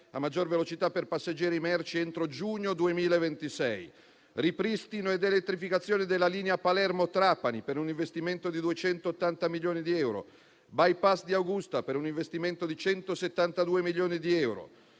a maggior velocità per passeggeri e merci entro giugno 2026. Per il ripristino e l'elettrificazione della linea Palermo-Trapani un investimento di 280 milioni di euro; per il bypass ferroviario di Augusta un investimento di 172 milioni di euro.